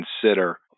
consider